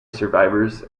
survivors